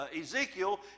Ezekiel